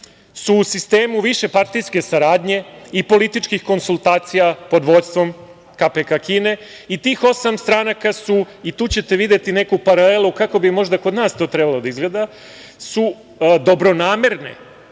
su u sistemu višepartijske saradnje i političkih konsultacija pod vođstvom KP Kine i tih osam stranka su, i tu ćete videti neku paralelu kako bi možda to kod nas to trebalo da izgleda, su dobronamerne,